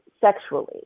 sexually